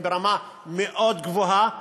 הם ברמה גבוהה מאוד,